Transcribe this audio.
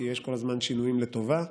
כי יש כל הזמן שינויים לטובה.